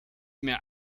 mehr